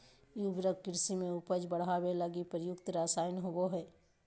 उर्वरक कृषि में उपज बढ़ावे लगी प्रयुक्त रसायन होबो हइ